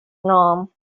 gnome